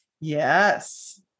Yes